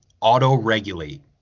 auto-regulate